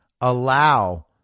allow